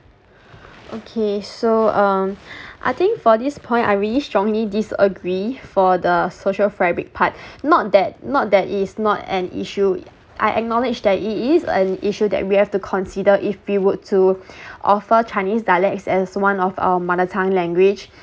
okay so um I think for this point I really strongly disagree for the social fabric part not that not that it is not an issue I acknowledge that it is an issue that we have to consider if we would to offer chinese dialects as one of our mother tongue language